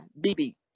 B-B